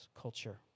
culture